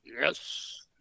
Yes